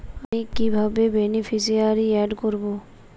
আমি কিভাবে beneficiary add করব?